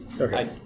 Okay